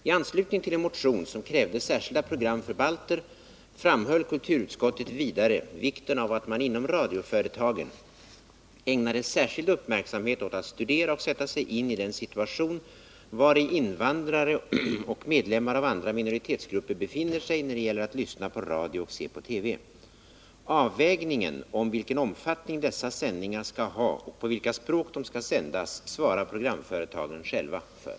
I anslutning till en motion som krävde särskilda program för balter framhöll kulturutskottet vidare vikten av att man inom radioföretagen ägnade särskild uppmärksamhet åt att studera och sätta sig in i den situation vari invandrare och medlemmar av andra minoritetsgupper befinner sig när det gäller att lyssna på radio och se på TV. Avvägningen av vilken omfattning dessa sändningar skall ha och på vilka språk de skall sändas svarar programföretagen själva för.